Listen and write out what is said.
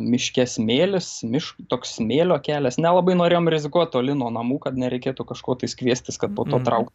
miške smėlis miš toks smėlio kelias nelabai norėjom rizikuot toli nuo namų kad nereikėtų kažko tais kviestis kad po to traukt